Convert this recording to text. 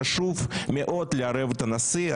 חשוב מאוד לערב את הנשיא.